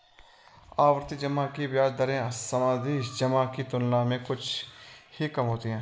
आवर्ती जमा की ब्याज दरें सावधि जमा की तुलना में कुछ ही कम होती हैं